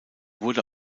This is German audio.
wurde